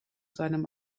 seinem